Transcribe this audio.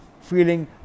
feeling